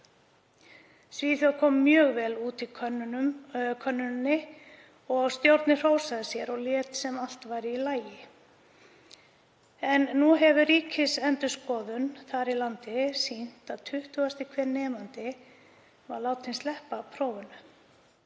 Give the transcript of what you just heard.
Svíþjóð kom mjög vel út í könnuninni og stjórnin hrósaði sér og lét sem allt væri í lagi. En nú hefur Ríkisendurskoðun þar í landi sýnt að tuttugasti hver nemandi var látinn sleppa prófunum